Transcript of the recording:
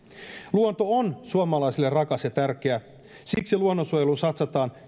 luonto on suomalaisille rakas ja tärkeä siksi luonnonsuojeluun satsataan